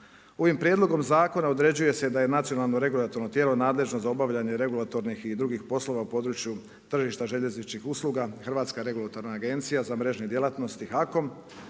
Ovim prijedlogom zakona određuje se da je nacionalno regulatorno tijelo nadležno za obavljanje regulatornih i drugih poslova u području tržišta željezničkih usluga, Hrvatska regulatorna agencija za mrežne djelatnosti, HAKOM.